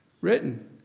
written